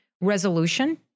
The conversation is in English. Resolution